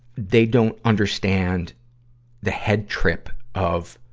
they don't understand the head trip of